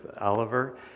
Oliver